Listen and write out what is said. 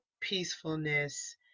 peacefulness